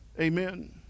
amen